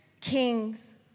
kings